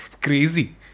crazy